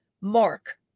Mark